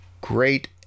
great